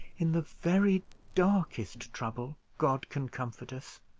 in the very darkest trouble, god can comfort us.